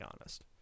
honest